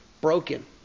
broken